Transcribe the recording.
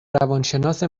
روانشناس